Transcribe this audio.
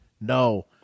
no